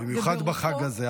במיוחד בחג הזה,